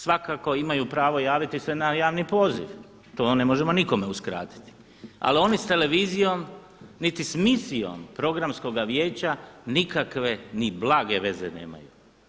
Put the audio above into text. Svakako imaju pravo javiti se na javni poziv, to ne možemo nikome uskratiti, ali oni s televizijom niti s misijom Programskoga vijeća nikakve ni blage veze nemaju.